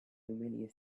familiar